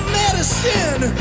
medicine